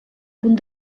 punt